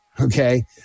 Okay